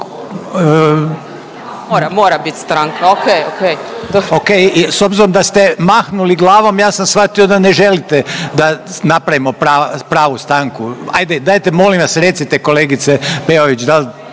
mora bit stanka, okej, okej/… Okej, s obzirom da ste mahnuli glavom ja sam shvatio da ne želite da napravimo pravu stanku, ajde dajte molim vas recite kolegice Peović